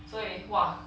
所以 !wah!